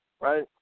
right